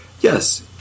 yes